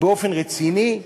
באופן רציני,